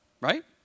right